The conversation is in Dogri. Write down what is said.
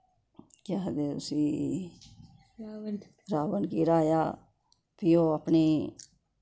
केह् आखदे उस्सी रावण गी हराया फ्ही ओह् आपनी